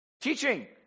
Teaching